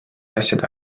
asjade